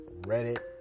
reddit